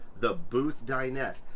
the booth dinette,